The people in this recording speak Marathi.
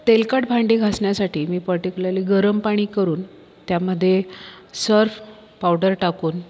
तेलकट भांडे घासण्यासाठी मी पर्टिक्युलरली गरम पाणी करून त्यामध्ये सर्फ पावडर टाकून